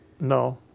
No